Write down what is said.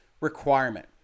requirement